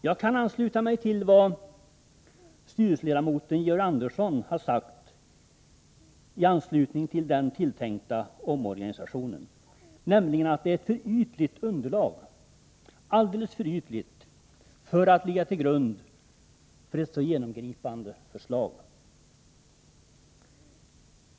Jag kan ansluta mig till vad styrelseledamoten Georg Andersson har sagt i anslutning till den tilltänkta omorganisationen, nämligen att det underlag som tagits fram är alldeles för ytligt för att ligga till grund för ett så genomgripande förslag.